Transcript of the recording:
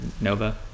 Nova